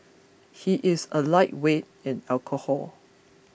he is a lightweight in alcohol